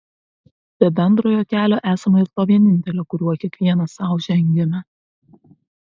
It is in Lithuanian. be bendrojo kelio esama ir to vienintelio kuriuo kiekvienas sau žengiame